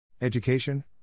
Education